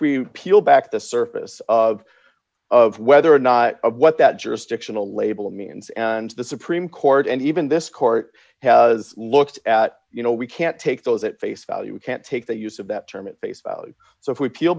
we peel back the surface of of whether or not what that jurisdictional label means and the supreme court and even this court has looked at you know we can't take those at face value we can't take the use of that term in face value so if we peel